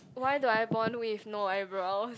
why do I born with no eyebrows